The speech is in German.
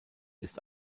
ist